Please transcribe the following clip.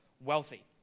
wealthy